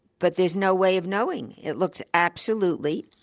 but there's no way of knowing. it looks absolutely,